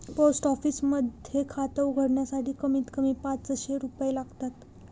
post office मध्ये खात उघडण्यासाठी कमीत कमी पाचशे रुपये लागतात